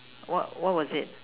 what what was it